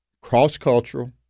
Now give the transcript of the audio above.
Cross-cultural